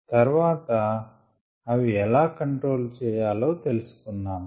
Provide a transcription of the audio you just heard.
తర్వాత అవి ఎలా కంట్రోల్ చేయాలో తెలిసుకొన్నాము